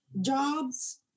jobs